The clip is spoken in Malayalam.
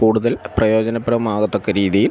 കൂടുതൽ പ്രയോജനപ്രദമാകത്തക്ക രീതിയിൽ